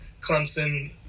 Clemson